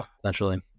Essentially